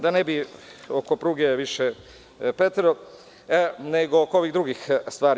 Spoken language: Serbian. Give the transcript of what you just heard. Da ne bi oko pruge više preterao, nego oko ovih drugih stvari.